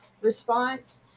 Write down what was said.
response